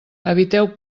eviteu